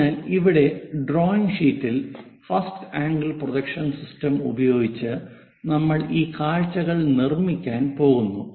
അതിനാൽ ഇവിടെ ഡ്രോയിംഗ് ഷീറ്റിൽ ഫസ്റ്റ് ആംഗിൾ പ്രൊജക്ഷൻ സിസ്റ്റം ഉപയോഗിച്ച് നമ്മൾ ഈ കാഴ്ചകൾ നിർമ്മിക്കാൻ പോകുന്നു